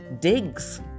digs